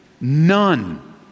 none